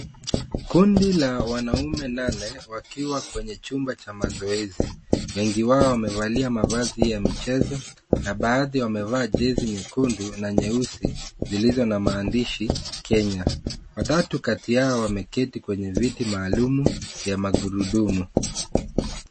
Kundi la wanaume nane wakiwa kwenye chumba cha mazoezi. Wengi wao wamevalia mavazi ya michezo na baadhi wamevaa jezi nyekundu na nyeusi zilizo na maandishi Kenya. Watatu kati yao wameketi kwenye viti maalum vya magurudumu.